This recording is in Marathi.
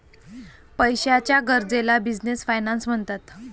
पैशाच्या गरजेला बिझनेस फायनान्स म्हणतात